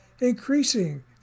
increasing